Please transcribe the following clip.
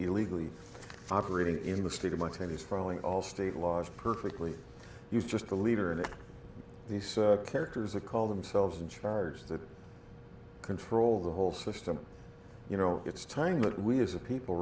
illegally operating in the state of my twenty's following all state laws perfectly he's just a leader and these characters a call themselves in charge that control the whole system you know it's time that we as a people